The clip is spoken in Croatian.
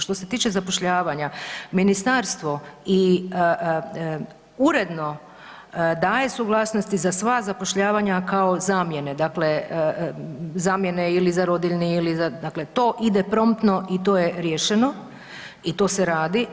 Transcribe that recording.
Što se tiče zapošljavanja ministarstvo i uredno daje suglasnosti za sva zapošljavanja kao zamjene, dakle zamjene ili za rodiljni ili za, dakle to ide promptno i to je riješeno i to se radi.